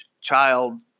child